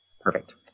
perfect